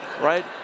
right